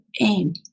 aim